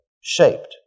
shaped